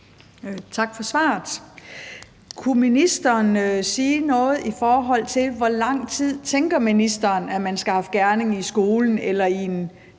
Tak for svaret. Kunne ministeren sige noget i forhold til, hvor lang tid ministeren tænker at man skal have haft gerning i skolen eller i et